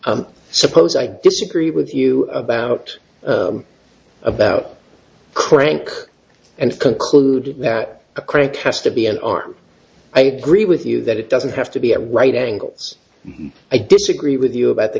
i suppose i disagree with you about about cranks and conclude that a critic has to be and or i agree with you that it doesn't have to be at right angles i disagree with you about the